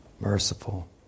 merciful